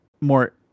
more